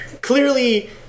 Clearly